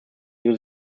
new